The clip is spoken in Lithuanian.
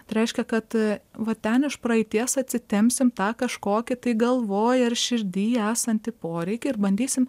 tai reiškia kad va ten iš praeities atsitempsim tą kažkokį tai galvoj ar širdy esantį poreikį ir bandysim